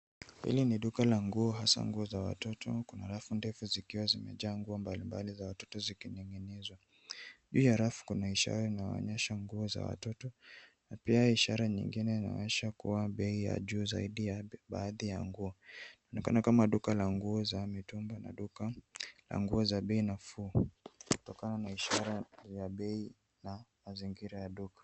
Hili ni duka la nguo hasa nguo za watoto. Kuna rafu ndefu zikiwa zimejaa nguo mbalimbali za watoto zikining'inizwa. Pia rafu kuna ishara inayoonyesha nguo za watoto na pia ishara nyingine inaonyesha kuwa bei ya juu zaidi ya baadhi ya nguo. Inaonekana kama duka la nguo za mitumba na duka la nguo za bei nafuu kutokana na ishara ya bei na mazingira ya duka.